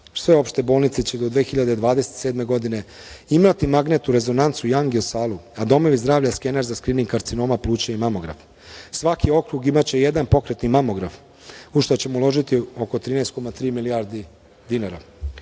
Sve opšte bolnice će do 2027. godine imati magnetnu rezonancu i angio-salu, a domovi zdravlja skener za skrining karcinoma pluća i mamograf. Svaki okrug imaće jedan pokretni mamograf, a u šta ćemo uložiti 13,3 milijarde dinara.